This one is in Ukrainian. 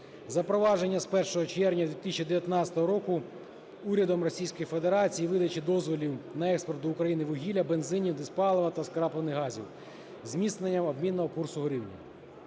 запровадження з 1 червня 2019 року урядом Російської Федерації видачі дозволів на експорт до України вугілля, бензинів, дизпалива та скраплених газів, зміцнення обмінного курсу гривні.